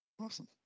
Awesome